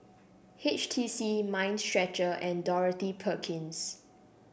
H T C Mind Stretcher and Dorothy Perkins